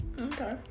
Okay